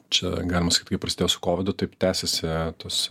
čia galima sakyt kai prasidėjo su kovidu taip tęsiasi tos